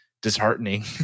disheartening